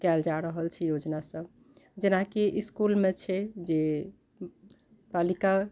कयल जा रहल छै योजना सब जेनाकि इसकुलमे छै जे बालिका